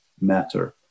matter